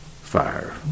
fire